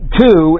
two